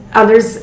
others